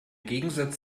gegensatz